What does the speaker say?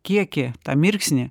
kiekį tą mirksnį